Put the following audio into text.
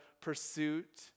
pursuit